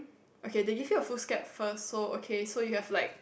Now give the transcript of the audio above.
okay they give you a foolscap first so okay so you have like